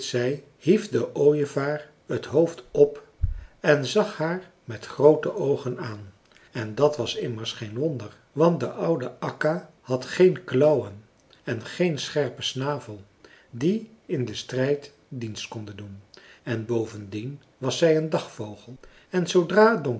hief de ooievaar het hoofd op en zag haar met groote oogen aan en dat was immers geen wonder want de oude akka had geen klauwen en geen scherpen snavel die in den strijd dienst konden doen en bovendien was zij een dagvogel en zoodra